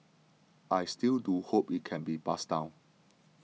I still do hope it can be passed down